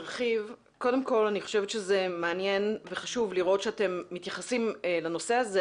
קודם כל אני חושבת שזה מעניין וחשוב לראות שאתם מתייחסים לנושא הזה,